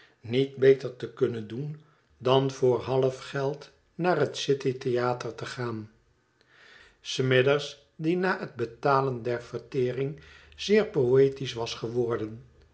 niet beter te kunnen doen dan voor halfgeld naar het city theatre te gaan smithers die na het betalen der vertering zeer poetisch was geworden